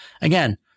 Again